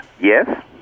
Yes